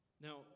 Now